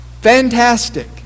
Fantastic